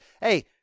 Hey